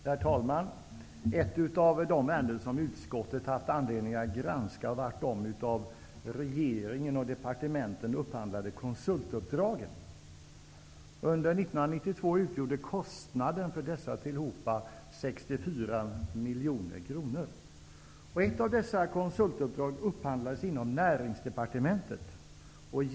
Herr talman! Ett av de ärenden som utskottet haft anledning att ta upp till granskning var de av regeringen och departementen upphandlade konsultuppdragen. Under 1992 utgjorde kostnaden för dessa tillhopa 64 miljoner kronor.